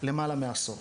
למעלה מעשור.